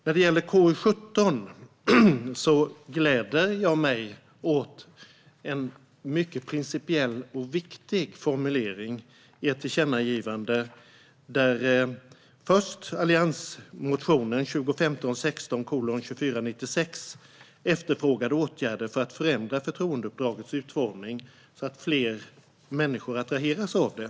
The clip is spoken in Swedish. När det gäller KU17 gläder jag mig åt en mycket principiell och viktig formulering i ett tillkännagivande. Alliansmotionen 2015/16:2496 efterfrågade först åtgärder för att förändra förtroendeuppdragets utformning så att fler människor attraheras av det.